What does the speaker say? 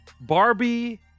Barbie